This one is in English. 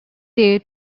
day